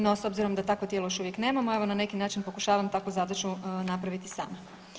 No s obzirom da takvo tijelo još uvijek nemamo, evo na neki način pokušavam takvu zadaću napraviti sama.